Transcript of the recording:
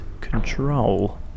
control